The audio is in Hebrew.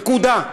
נקודה.